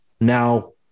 Now